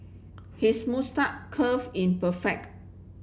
his curve in perfect